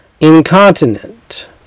Incontinent